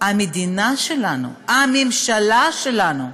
המדינה שלנו, הממשלה שלנו,